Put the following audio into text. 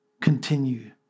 continue